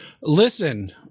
Listen